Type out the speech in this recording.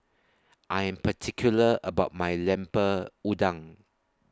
I Am particular about My Lemper Udang